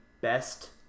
best